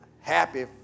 happy